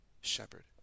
shepherd